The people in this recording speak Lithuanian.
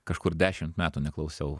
kažkur dešimt metų neklausiau